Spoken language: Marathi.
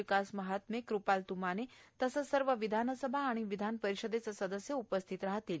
विकास महात्मे कुपाल तुमाने तसेच सर्व विधानसभा आणि विधान परिषदेचे सदस्य उपस्थित राहणार आहेत